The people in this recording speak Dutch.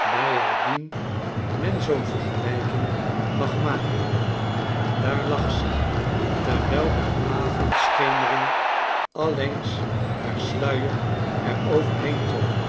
bijaldien men zoo'n vergelijking mag maken daar lag ze terwijl de avondschemering allengs haar sluier er overheen trok